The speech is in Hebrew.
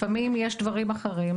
לפעמים יש דברים אחרים.